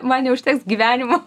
man neužteks gyvenimo